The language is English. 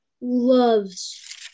loves